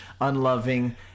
unloving